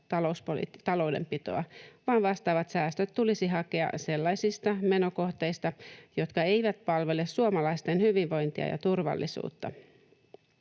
taloudenpitoa, vaan vastaavat säästöt tulisi hakea sellaisista menokohteista, jotka eivät palvele suomalaisten hyvinvointia ja turvallisuutta.